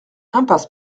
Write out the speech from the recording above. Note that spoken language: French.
impasse